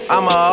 I'ma